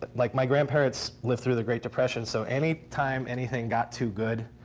but like my grandparents lived through the great depression. so any time anything got too good,